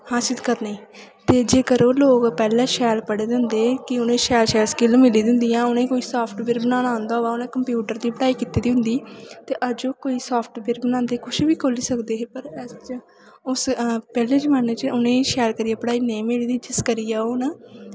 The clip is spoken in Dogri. हासल करने गी ते जेकर ओह् लोक पैह्लें शैल पढ़े दे होंदे कि उ'नेंगी शैल शैल स्किल मिली दियां होंदियां उ'नेंगी कोई साफ्टवेयर बनाना आंदा होऐ उ'नें कंप्यूटर दी पढ़ाई कीती दी होंदी ते अज्ज ओह् कोई साफ्टवेयर बनांदे कुछ बी खोली सकदे हे पर उस पैह्लें जमान्ने च उ'नेंगी शैल करियै पढ़ाई नेईं मिली दी जिस करियै ओह् हून